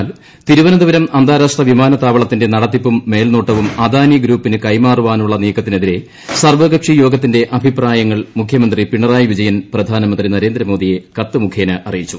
എന്നാൽ തിരുവനന്തപ്പുരാർ അന്താരാഷ്ട്ര വിമാനത്താവളത്തിന്റെ നടത്തിപ്പും മേൽനോട്ടവ്ും അദാനി ഗ്രൂപ്പിന് കൈമാറാനുള്ള നീക്കത്തിനെതിരെ സർവ്വകക്ഷിയോഗത്തിന്റെ അഭിപ്രായങ്ങൾ മുഖ്യമന്ത്രി പിണറായി വിജയൻ പ്രധാനമന്ത്രി നരേന്ദ്രമോദിയെ കത്ത് മുഖേന അറിയിച്ചു